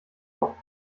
auf